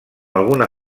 alguna